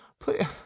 please